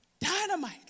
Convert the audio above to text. Dynamite